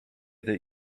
that